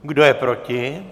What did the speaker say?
Kdo je proti?